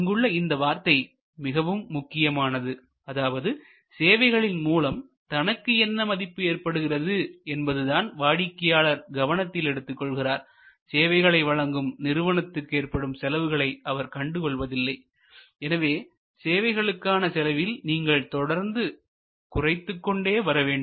இங்குள்ள இந்த வார்த்தை மிகவும் முக்கியமானது அதாவது சேவைகளின் மூலம் தனக்கு என்ன மதிப்பு ஏற்படுகிறது என்பதுதான் வாடிக்கையாளர் கவனத்தில் எடுத்துக் கொள்கிறார் சேவைகளை வழங்கும் நிறுவனத்துக்கு ஏற்படும் செலவுகளை அவர் கண்டுகொள்வதில்லை எனவே சேவைகளுக்கான செலவில் நீங்கள் தொடர்ந்து குறைத்துக் கொண்டே வர வேண்டும்